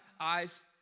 Eyes